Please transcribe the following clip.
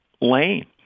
lane